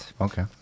Okay